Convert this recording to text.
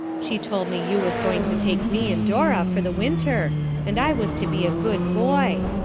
she told me you was going to take me and dora for the winter and i was to be a good boy.